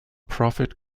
profit